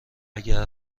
اگر